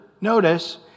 notice